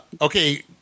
Okay